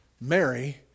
Mary